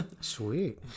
Sweet